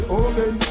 open